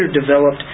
developed